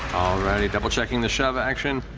righty, double checking the shove action.